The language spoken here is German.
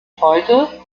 heute